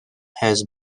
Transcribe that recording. has